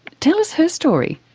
tell us her story.